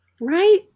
right